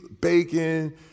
bacon